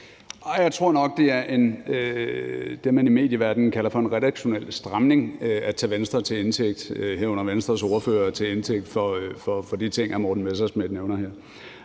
jeg tror nok, det er det, som man i medieverdenen kalder for en redaktionel stramning, at tage Venstre, herunder Venstres ordfører, til indtægt for de ting, som hr. Morten Messerschmidt nævner her.